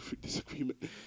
disagreement